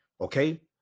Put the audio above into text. okay